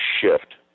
shift